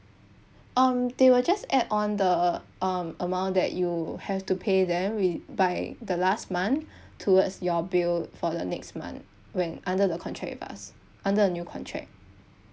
um they will just add on the um amount that you have to pay there with by the last month towards your bill for the next month when under the contact with us under a new contract